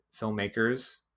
filmmakers